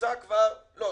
נמצא כבר --- לא,